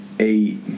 Eight